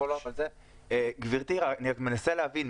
אני מנסה להבין,